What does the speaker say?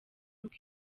uko